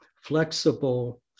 flexible